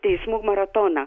teismų maratoną